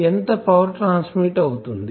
ఎంత power transmit అవుతుంది